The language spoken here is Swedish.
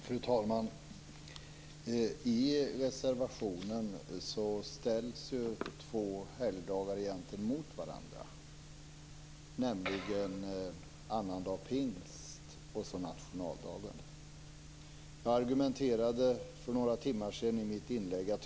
Fru talman! I reservation 1 ställs egentligen två helgdagar mot varandra, nämligen annandag pingst och nationaldagen. I ett inlägg för några timmar sedan hade jag en argumentation.